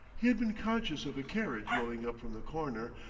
he had been conscious of a carriage rolling up from the corner,